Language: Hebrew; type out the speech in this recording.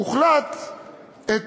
הוחלט את